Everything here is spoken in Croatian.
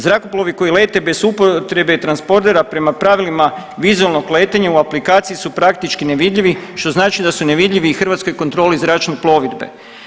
Zrakoplovi koji lete bez upotrebe transpordera prema pravilima vizualnog letenja u aplikaciji su praktički nevidljivi što znači da su nevidljivi i Hrvatskoj kontroli zračne plovidbe.